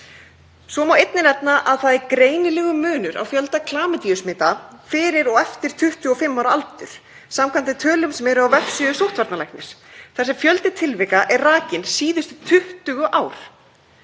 Svo má einnig nefna að greinilegur munur er á fjölda klamydíusmita fyrir og eftir 25 ára aldur samkvæmt þeim tölum sem eru á vefsíðu sóttvarnalæknis þar sem fjöldi tilvika er rakinn síðustu 20 ár.